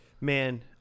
Man